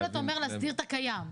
אומר להסדיר את הקיים.